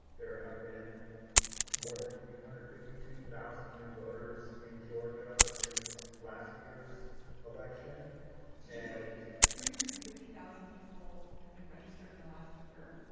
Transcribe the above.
there have been more than three and hundred fifty two thousand new voters in georgia since last year's election three hundred and fifty thousand people have been registered in the last year.